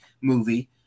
movie